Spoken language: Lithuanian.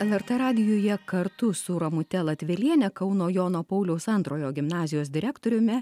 lrt radijuje kartu su ramute latveliene kauno jono pauliaus antrojo gimnazijos direktoriume